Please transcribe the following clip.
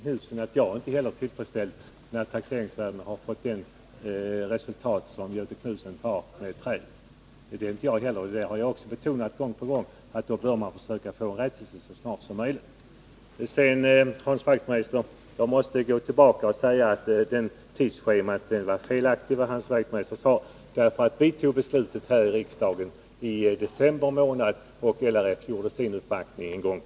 Fru talman! Jag kan till Göthe Knutson säga att jag inte är till freds med att taxeringsvärdena påverkas på det sätt som Göthe Knutson har exemplifierat med förekomsten av trä. Jag har också gång på gång betonat att man här så snart som möjligt bör försöka få en rättelse till stånd. Det tidsschema som Hans Wachtmeister uppgav var felaktigt. Vi fattade beslutet här i riksdagen i december månad, och LRF gjorde sin uppvaktning på nyåret.